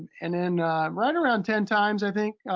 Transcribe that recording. and then right around ten times, i think,